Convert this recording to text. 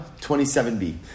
27B